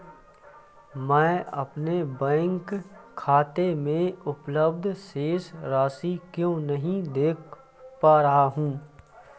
मैं अपने बैंक खाते में उपलब्ध शेष राशि क्यो नहीं देख पा रहा हूँ?